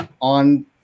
on